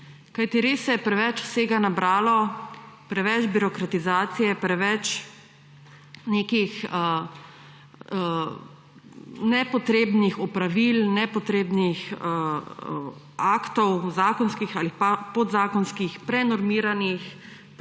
Kajti res se je preveč vsega nabralo, preveč birokratizacije, preveč nekih nepotrebnih opravil, nepotrebnih aktov, zakonskih ali pa podzakonskih, prenormiranih,